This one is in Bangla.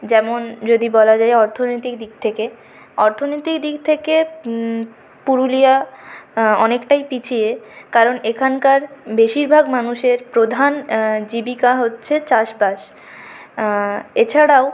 যেমন যদি বলা যায় অর্থনৈতিক দিক থেকে অর্থনীতির দিক থেকে পুরুলিয়া অনেকটাই পিছিয়ে কারণ এখানকার বেশিরভাগ মানুষের প্রধান জীবিকা হচ্ছে চাষ বাস এছাড়াও